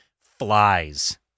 flies